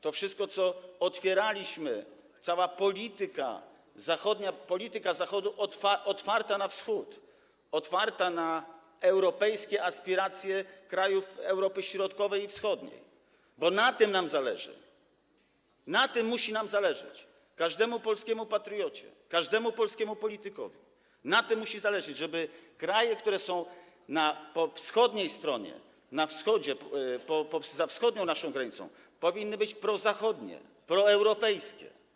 To wszystko, co otwieraliśmy, cała polityka, polityka Zachodu otwarta na Wschód, otwarta na europejskie aspiracje krajów Europy Środkowej i Wschodniej, bo na tym nam zależy, na tym musi nam zależeć, każdemu polskiemu patriocie, każdemu polskiemu politykowi na tym musi zależeć, żeby kraje, które są po wschodniej stronie, na Wschodzie, za naszą wschodnią granicą, były prozachodnie, proeuropejskie.